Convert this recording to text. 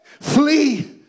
flee